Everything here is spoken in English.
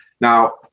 Now